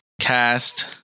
Cast